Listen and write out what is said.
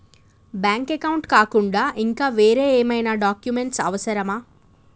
Bank account కాకుండా ఇంకా వేరే ఏమైనా డాక్యుమెంట్స్ అవసరమా?